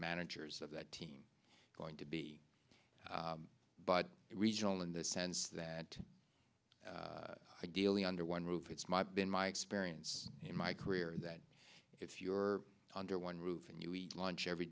managers of that team going to be but regional in the sense that ideally under one roof it's my been my experience in my career that if you're under one roof and you eat lunch every